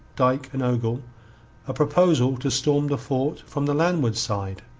dyke, and ogle a proposal to storm the fort from the landward side.